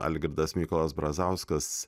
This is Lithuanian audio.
algirdas mykolas brazauskas